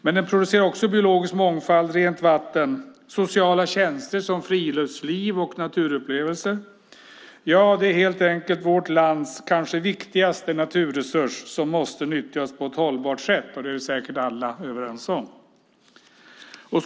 Skogen producerar också biologisk mångfald, rent vatten och sociala tjänster, till exempel friluftsliv och naturupplevelser. Skogen är helt enkelt vårt lands kanske viktigaste naturresurs som måste nyttjas på ett hållbart sätt. Det är vi säkert alla överens om.